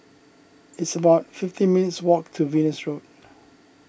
it's about fifteen minutes' walk to Venus Road